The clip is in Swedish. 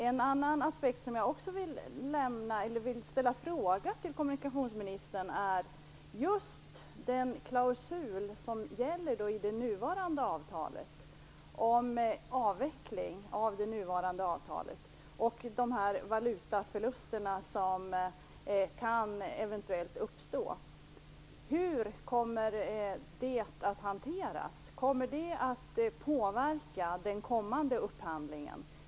En annan aspekt som jag vill ställa en fråga till kommunikationsministern om är den klausul som gäller i det nuvarande avtalet om avveckling av det nuvarande avtalet och de valutaförluster som eventuellt kan uppstå. Hur kommer det att hanteras? Kommer det att påverka den kommande upphandlingen?